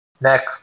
Next